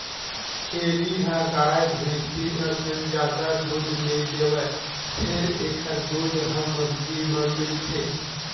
छेरी ह गाय, भइसी असन जादा दूद नइ देवय फेर एखर दूद ह महंगी म मिलथे